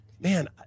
Man